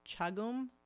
chagum